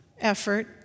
effort